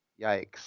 yikes